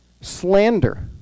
slander